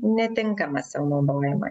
netinkamas jau naudojimui